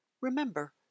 Remember